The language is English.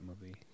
movie